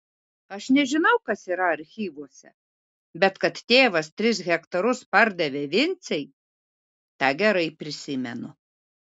aš nežinau kas yra archyvuose bet kad tėvas tris hektarus pardavė vincei tą gerai prisimenu